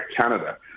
Canada